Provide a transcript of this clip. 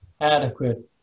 adequate